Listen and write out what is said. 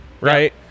Right